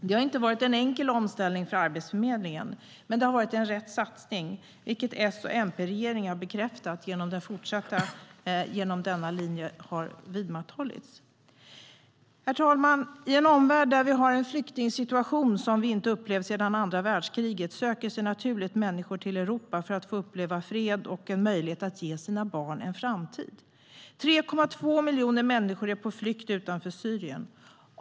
Det har inte varit en enkel omställning för Arbetsförmedlingen, men det har varit rätt satsning, vilket S och MP-regeringen har bekräftat genom att denna linje har vidmakthållits. Herr talman! I en omvärld där vi har en flyktingsituation som vi inte upplevt sedan andra världskriget söker sig människor naturligt till Europa för att få uppleva fred och en möjlighet att ge sina barn en framtid. 3,2 miljoner människor är på flykt utanför Syrien.